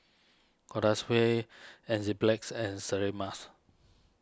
Enzyplex and Sterimars